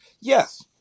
Yes